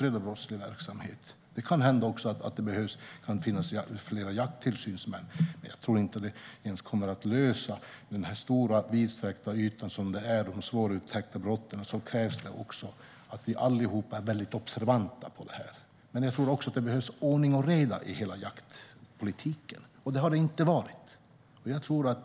Kanske behövs även fler jakttillsynsmän, men jag tror inte att detta kommer att lösa problemet med den stora, vidsträckta yta som det handlar om. För svårupptäckta brott som dessa krävs också att vi alla är väldigt observanta. Jag tror dessutom att det behövs ordning och reda i jaktpolitiken, och det har det inte varit.